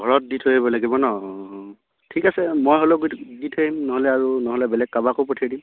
ঘৰত দি থৈ আহিব লাগিব ন ঠিক আছে মই হ'লেও গৈ দি থৈ আহিম নহ'লে আৰু নহ'লে বেলেগ কাৰোবাকো পঠিয়াই দিম